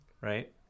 Right